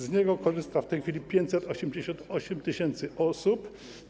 Z niego korzysta w tej chwili 588 tys. osób.